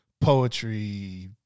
poetry